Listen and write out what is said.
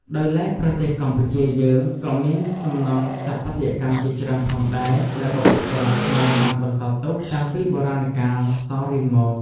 ដោយឡែកប្រទេសកម្ពុជាយើងក៏មានសំណង់ស្ថាបត្យកម្មជាច្រើនផងដែរដែលបុព្វបុរសខ្មែរបានបន្សល់ទុកតាំងពីបុរាណកាលតរៀងមក។